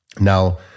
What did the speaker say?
Now